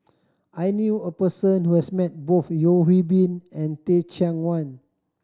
I knew a person who has met both Yeo Hwee Bin and Teh Cheang Wan